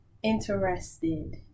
interested